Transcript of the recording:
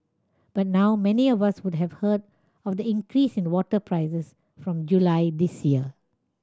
by now many of us would have heard of the increase in water prices from July this year